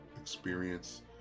experience